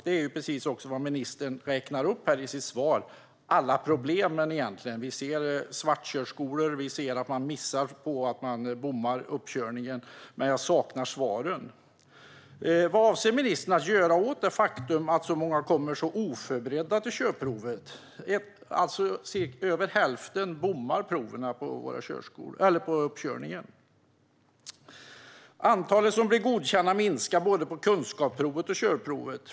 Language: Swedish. Det är också precis vad ministern räknar upp i sitt svar: alla problem. Vi ser svartkörskolor, och vi ser att man bommar uppkörningen. Men jag saknar svaren. Vad avser ministern att göra åt det faktum att många kommer så oförberedda till körprovet? Över hälften bommar provet på uppkörningen. Antalet som blir godkända minskar, både på kunskapsprovet och på körprovet.